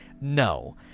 no